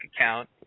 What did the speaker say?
account